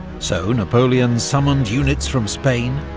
so napoleon summoned units from spain,